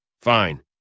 Fine